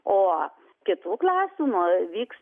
o kitų klasių nuo vyks